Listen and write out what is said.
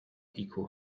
equal